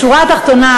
בשורה התחתונה,